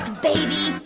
baby.